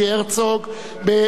בכותרת: